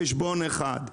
חשבון אחד.